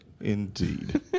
indeed